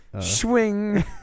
swing